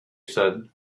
said